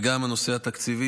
גם הנושא התקציבי,